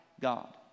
God